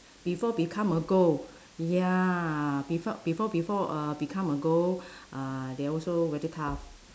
before become a ghost ya before before before uh become a ghost uh they also very tough